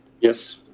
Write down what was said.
Yes